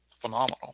phenomenal